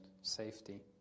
safety